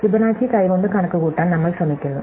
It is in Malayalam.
ഫിബൊനാച്ചി കൈകൊണ്ട് കണക്കുകൂട്ടാൻ നമ്മൾ ശ്രമിക്കുന്നു